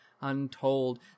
untold